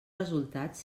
resultats